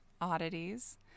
oddities